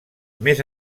més